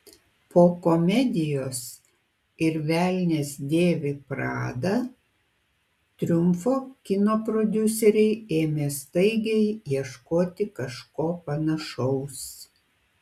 po komedijos ir velnias dėvi pradą triumfo kino prodiuseriai ėmė staigiai ieškoti kažko panašaus